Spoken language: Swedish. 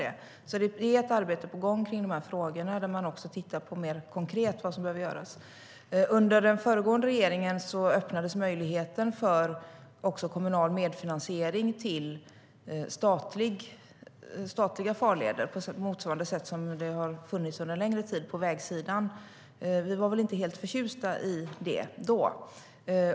Det är alltså ett arbete på gång kring dessa frågor, där man också mer konkret tittar på vad som behöver göras. Under den föregående regeringens tid öppnades möjligheten för också kommunal medfinansiering av statliga farleder, på motsvarande sätt som har funnits under en längre tid på vägsidan. Vi var inte helt förtjusta i det då.